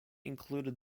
included